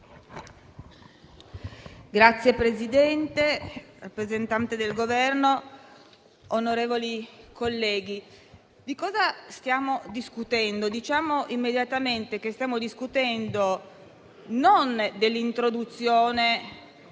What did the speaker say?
Signora Presidente, rappresentanti del Governo, onorevoli colleghi, di cosa stiamo discutendo? Diciamo immediatamente che stiamo discutendo non dell'introduzione